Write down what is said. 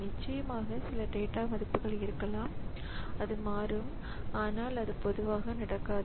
நிச்சயமாக சில டேட்டா மதிப்புகள் இருக்கலாம் அது மாறும் ஆனால் பொதுவாக அது நடக்காது